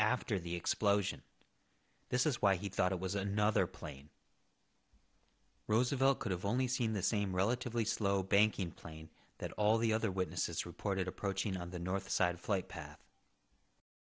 after the explosion this is why he thought it was another plane roosevelt could have only seen the same relatively slow banking plane that all the other witnesses reported approaching on the north side flight path